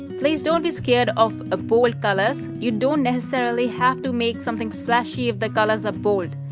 please don't be scared of a bold colors. you don't necessarily have to make something flashy if the colors are bold.